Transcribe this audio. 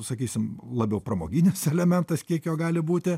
sakysim labiau pramoginis elementas kiek jo gali būti